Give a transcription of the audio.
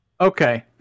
Okay